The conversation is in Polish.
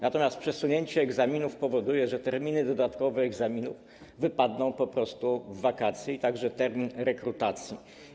Natomiast przesunięcie egzaminów powoduje, że terminy dodatkowe egzaminów wypadną po prostu w wakacje, dotyczy to także terminu rekrutacji.